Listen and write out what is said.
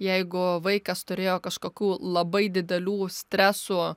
jeigu vaikas turėjo kažkokių labai didelių stresų